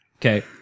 Okay